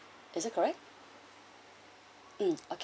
is it correct mm